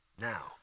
now